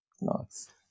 Nice